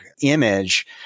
image